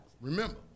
Remember